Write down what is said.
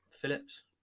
Phillips